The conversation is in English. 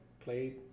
played